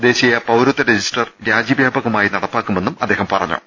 ദേശീയ പൌരത്വ register രാജ്യവ്യാപകമായി നടപ്പാക്കുമെന്നും അദ്ദേഹം പറഞ്ഞു